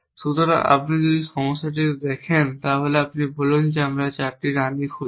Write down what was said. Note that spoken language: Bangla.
সুতরাং আপনি যদি এই সমস্যাটি দেখেন তাহলে বলুন যে আমরা 4 রানী খুঁজছি